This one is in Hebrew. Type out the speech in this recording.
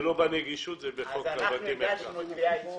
זה לא בנגישות, זה בחוק בתי המרקחת.